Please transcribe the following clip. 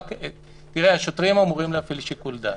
תראה, השוטרים אמורים להפעיל שיקול דעת.